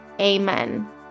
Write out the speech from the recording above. amen